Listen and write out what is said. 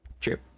True